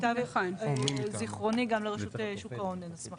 ולמיטב זכרוני גם לרשות שוק ההון אין הסמכה.